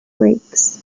brakes